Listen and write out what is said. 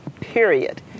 period